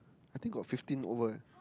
I think got fifteen over eh